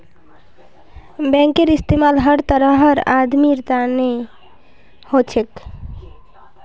बैंकेर इस्तमाल हर तरहर आदमीर तने हो छेक